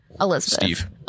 Elizabeth